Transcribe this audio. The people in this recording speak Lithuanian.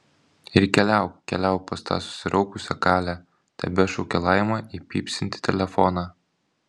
ir keliauk keliauk pas tą susiraukusią kalę tebešaukė laima į pypsintį telefoną